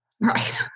Right